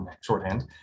shorthand